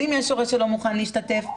ואם יש הורה שלא מוכן להשתתף?